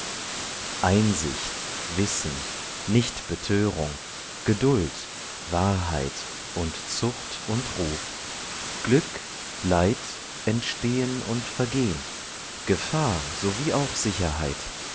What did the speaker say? einsicht wissen nichtbetörung geduld wahrheit und zucht und ruh glück leid entstehen und vergehn gefahr sowie auch sicherheit